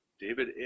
David